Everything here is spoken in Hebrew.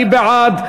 מי בעד?